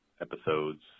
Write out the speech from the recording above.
episodes